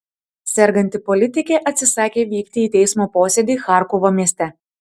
serganti politikė atsisakė vykti į teismo posėdį charkovo mieste